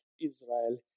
Israel